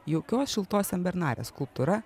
jaukios šiltos senbernarės skulptūra